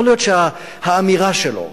יכול להיות שהאמירה שלו,